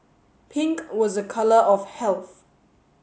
pink was a colour of health